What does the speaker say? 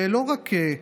לא,